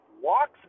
Walks